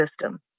system